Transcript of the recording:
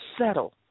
settle